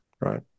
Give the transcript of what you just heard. Right